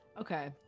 Okay